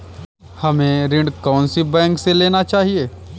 हमें ऋण कौन सी बैंक से लेना चाहिए?